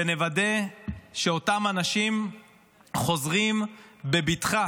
ונוודא שאותם אנשים חוזרים בבטחה